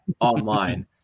online